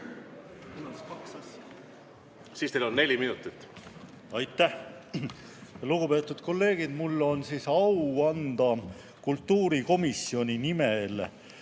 Siis on teil neli minutit. Aitäh! Lugupeetud kolleegid! Mul on au anda kultuurikomisjoni nimel